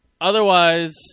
otherwise